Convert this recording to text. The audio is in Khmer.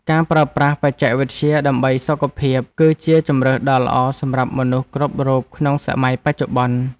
ការប្រើប្រាស់បច្ចេកវិទ្យាដើម្បីសុខភាព គឺជាជម្រើសដ៏ល្អសម្រាប់មនុស្សគ្រប់រូបក្នុងសម័យបច្ចុប្បន្ន។